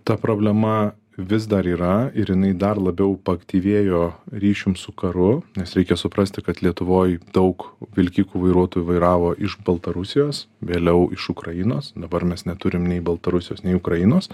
ta problema vis dar yra ir jinai dar labiau paaktyvėjo ryšium su karu nes reikia suprasti kad lietuvoj daug vilkikų vairuotojų vairavo iš baltarusijos vėliau iš ukrainos dabar mes neturim nei baltarusijos nei ukrainos